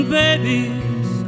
babies